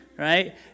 right